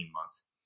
months